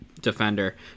defender